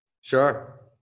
Sure